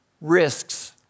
risks